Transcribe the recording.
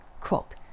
quote